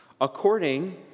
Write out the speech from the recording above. According